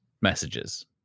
messages